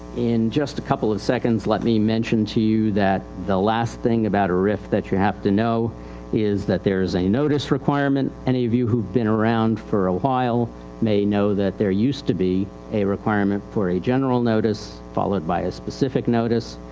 in just a couple of seconds, let me mention to you that the last thing about a rif that you have to know is that there is a notice requirement. any of you whoive been around for a while may know that there used to be a requirement for a general notice, followed by a specific notice.